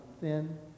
thin